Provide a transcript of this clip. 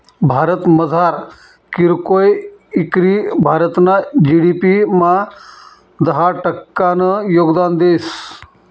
भारतमझार कीरकोय इकरी भारतना जी.डी.पी मा दहा टक्कानं योगदान देस